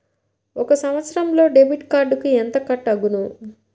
ఒక సంవత్సరంలో డెబిట్ కార్డుకు ఎంత కట్ అగును?